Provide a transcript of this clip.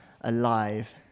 alive